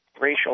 racial